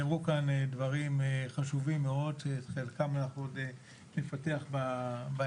נאמרו כאן דברים חשובים מאוד שאת חלקם אנחנו עוד נפתח בהמשך.